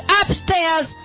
upstairs